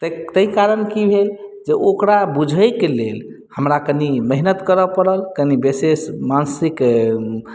ताहि कारण कि भेल जे ओकरा बुझैके लेल हमरा कनि मेहनत करै पड़ल कनि विशेष मानसिक